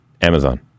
Amazon